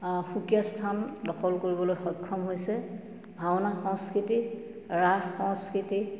সুকীয়া স্থান দখল কৰিবলৈ সক্ষম হৈছে ভাওনা সংস্কৃতি ৰাস সংস্কৃতি